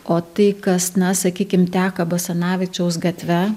o tai kas na sakykim teka basanavičiaus gatve